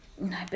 No